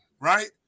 right